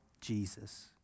Jesus